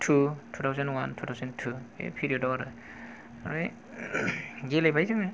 two two thousand one two thousand two बे पिरिय'द आव आरो ओमफ्राय गेलेबाय जोङो